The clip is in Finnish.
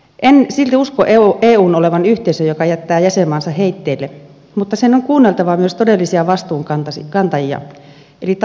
en silti usko eun olevan yhteisö joka jättää jäsenmaansa heitteille mutta sen on kuunneltava myös todellisia vastuunkantajia eli tavallisia veronmaksajia